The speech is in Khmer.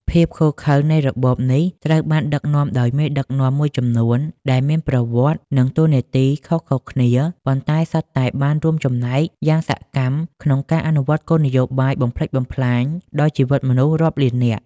ភាពឃោរឃៅនៃរបបនេះ ត្រូវបានដឹកនាំដោយមេដឹកនាំមួយចំនួន ដែលមានប្រវត្តិ និងតួនាទីខុសៗគ្នា ប៉ុន្តែសុទ្ធតែបានរួមចំណែកយ៉ាងសកម្មក្នុងការអនុវត្តគោលនយោបាយបំផ្លិចបំផ្លាញដល់ជីវិតមនុស្សរាប់លាននាក់។